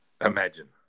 Imagine